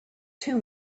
too